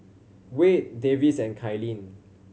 Wayde Davis and Kylene